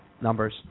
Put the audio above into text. numbers